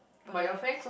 but like